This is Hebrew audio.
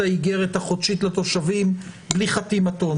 האיגרת החודשית לתושבים בלי חתימתו,